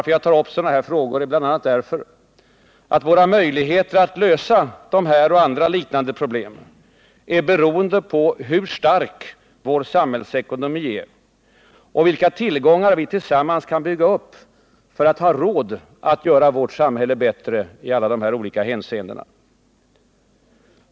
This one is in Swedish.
Jag tar upp sådana här frågor bl.a. därför att våra möjligheter att lösa dessa och andra liknande problem är beroende av hur stark vår samhällsekonomi är och vilka tillgångar vi tillsammans kan bygga upp för att ha råd att göra vårt samhälle bättre i alla dessa hänseenden.